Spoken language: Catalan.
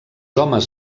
homes